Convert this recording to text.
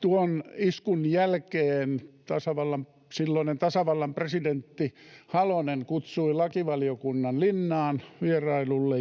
tuon iskun jälkeen, silloinen tasavallan presidentti Halonen kutsui lakivaliokunnan Linnaan vierailulle.